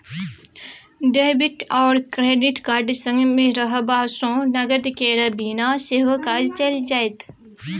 debit आओर credit card संगमे रहबासँ नगद केर बिना सेहो काज चलि जाएत